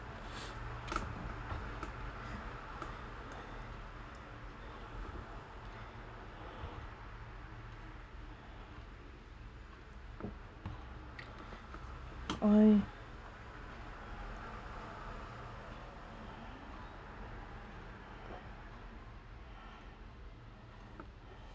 why